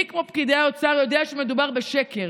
מי כמו פקידי האוצר יודע שמדובר בשקר.